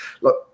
look